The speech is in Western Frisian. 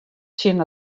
tsjin